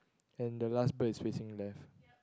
and the last bird is facing left